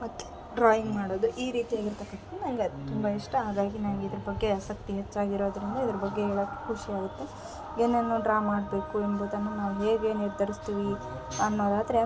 ಮತ್ತು ಡ್ರಾಯಿಂಗ್ ಮಾಡೋದು ಈ ರೀತಿಯಾಗಿರ್ತಕಂಥದ್ ನಂಗದು ತುಂಬ ಇಷ್ಟ ಹಾಗಾಗಿ ನಂಗೆ ಇದ್ರ ಬಗ್ಗೆ ಆಸಕ್ತಿ ಹೆಚ್ಚಾಗಿರೋದ್ರಿಂದ ಇದ್ರ ಬಗ್ಗೆ ಹೇಳೊಕೆ ಖುಷಿ ಆಗುತ್ತೆ ಏನನ್ನು ಡ್ರಾ ಮಾಡಬೇಕು ಎಂಬುದನ್ನು ನಾವು ಹೇಗೆ ನಿರ್ಧರಿಸ್ತೀವಿ ಅನ್ನೋದಾದರೆ